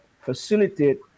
facilitate